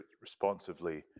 responsively